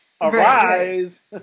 Arise